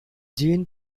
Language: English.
jean